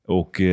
och